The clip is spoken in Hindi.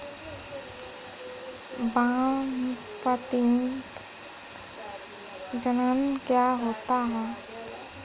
वानस्पतिक जनन क्या होता है?